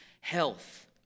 health